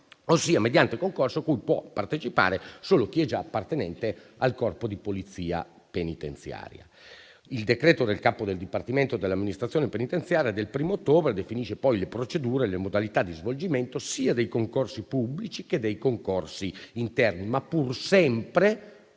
al quale cioè può partecipare solo chi è già appartenente al Corpo di polizia penitenziaria. Il decreto del capo del dipartimento dell'amministrazione penitenziaria del 1° ottobre definisce poi le procedure e le modalità di svolgimento sia dei concorsi pubblici sia dei concorsi interni, con riferimento